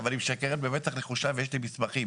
אבל היא משקרת במצח נחושה ויש לי מסמכים.